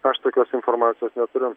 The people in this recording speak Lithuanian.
aš tokios informacijos neturiu